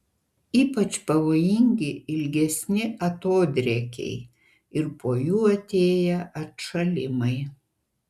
ypač pavojingi ilgesni atodrėkiai ir po jų atėję atšalimai